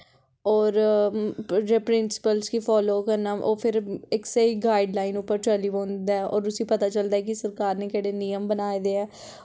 होर प्रिंसिपलस गी फालो करना ओह् फ्ही इक स्हेई गाईड लाईन उप्पर चली पौंदा ऐ होर उस्सी पता चलदा कि सरकार नै केह्ड़े नियम बनाए दे ऐ